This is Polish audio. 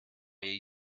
jej